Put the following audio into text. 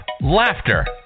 laughter